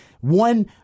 one